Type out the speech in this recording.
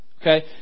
Okay